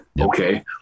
okay